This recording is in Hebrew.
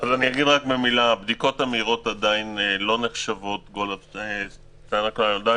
הבדיקות המהירות עדיין לא נחשבות טובות